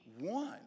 one